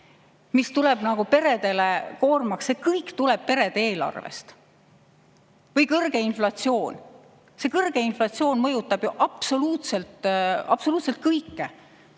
mis tuleb peredele koormaks, see kõik tuleb perede eelarvest. Või kõrge inflatsioon. See kõrge inflatsioon mõjutab ju absoluutselt kõike.